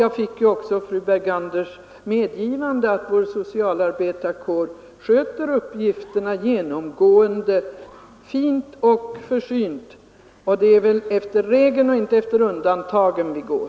Jag fick ju också fru Berganders bekräftelse på att vår socialarbetarkår genomgående sköter sina uppgifter fint och försynt, och det är väl efter regeln och inte efter undantagen vi går.